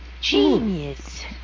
Genius